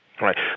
Right